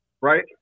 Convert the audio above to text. Right